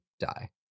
die